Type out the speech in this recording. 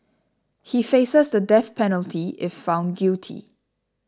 he faces the death penalty if found guilty